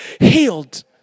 healed